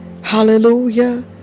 hallelujah